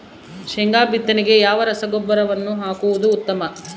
ಶೇಂಗಾ ಬಿತ್ತನೆಗೆ ಯಾವ ರಸಗೊಬ್ಬರವನ್ನು ಹಾಕುವುದು ಉತ್ತಮ?